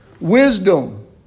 Wisdom